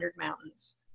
mountains